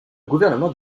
gouvernement